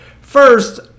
first